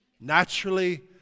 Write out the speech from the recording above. naturally